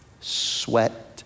sweat